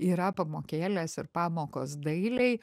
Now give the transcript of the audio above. yra pamokėlės ir pamokos dailei